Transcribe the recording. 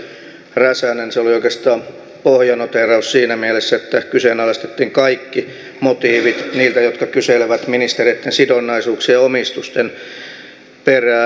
se oli oikeastaan pohjanoteeraus siinä mielessä että kyseenalaistettiin kaikki motiivit niiltä jotka kyselevät ministereitten sidonnaisuuksien ja omistusten perään